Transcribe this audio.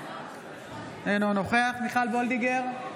אינו נוכח מיכל מרים וולדיגר,